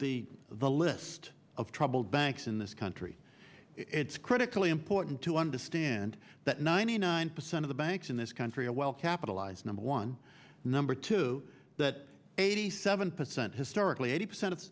the the list of troubled banks in this country it's critically important to understand that ninety nine percent of the banks in this country are well capitalized number one number two that eighty seven percent historically eighty percent of